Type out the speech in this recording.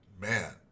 man